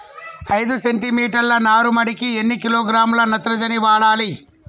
ఐదు సెంటిమీటర్ల నారుమడికి ఎన్ని కిలోగ్రాముల నత్రజని వాడాలి?